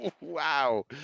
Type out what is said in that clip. Wow